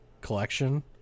collection